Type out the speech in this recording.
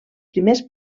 primers